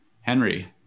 Henry